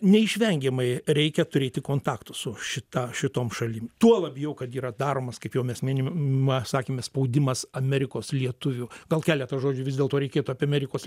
neišvengiamai reikia turėti kontaktų su šita šitom šalim tuo labjau kad yra daromas kaip jau mes minim ma sakėme spaudimas amerikos lietuvių gal keletą žodžių vis dėlto reikėtų apie amerikos